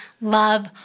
love